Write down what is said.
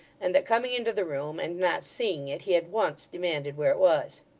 and that, coming into the room and not seeing it, he at once demanded where it was.